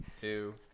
two